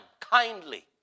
kindly